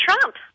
Trump